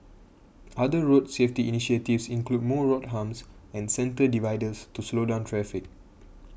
other road safety initiatives include more road humps and centre dividers to slow down traffic